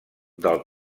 del